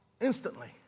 instantly